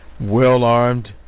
well-armed